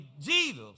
Jesus